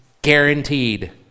Guaranteed